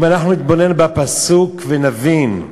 אם אנחנו נתבונן בפסוק ונבין,